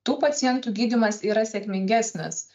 tų pacientų gydymas yra sėkmingesnis